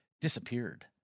disappeared